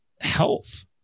health